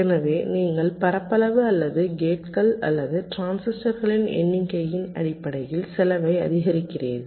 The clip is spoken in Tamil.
எனவே நீங்கள் பரப்பளவு அல்லது கேட்கள் அல்லது டிரான்சிஸ்டர்களின் எண்ணிக்கையின் அடிப்படையில் செலவை அதிகரிக்கிறீர்கள்